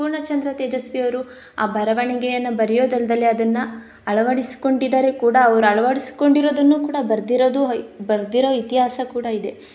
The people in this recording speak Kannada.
ಪೂರ್ಣಚಂದ್ರ ತೇಜಸ್ವಿಯವರು ಆ ಬರವಣಿಗೆಯನ್ನು ಬರೆಯೋದಲ್ದಲೆ ಅದನ್ನು ಅಳವಡಿಸ್ಕೊಂಡಿದಾರೆ ಕೂಡ ಅವ್ರು ಅಳವಡಿಸ್ಕೊಂಡಿರೋದನ್ನು ಕೂಡ ಬರೆದಿರೋದು ಹೊಯ್ ಬರೆದಿರೋ ಇತಿಹಾಸ ಕೂಡ ಇದೆ